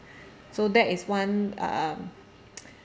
so that is one um